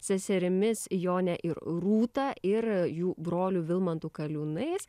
seserimis jone ir rūta ir jų broliu vilmantu kaliūnais